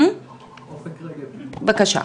בבקשה.